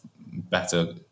better